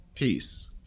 peace